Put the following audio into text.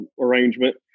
arrangement